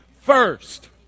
first